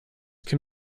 can